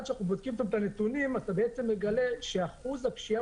כשבודקים את הנתונים אתה מגלה שאחוז הפשיעה